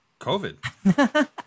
COVID